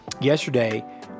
yesterday